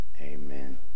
amen